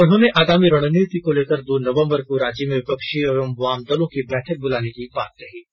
उन्होंने आगामी रणनीति को लेकर दो नवंबर को रांची में विपक्षी व वाम दलों की बैठक बुलाने की बात कही है